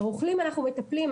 ברוכלים אנחנו מטפלים,